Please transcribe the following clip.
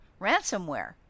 ransomware